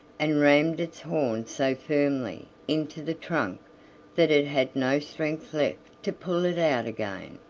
and rammed its horn so firmly into the trunk that it had no strength left to pull it out again,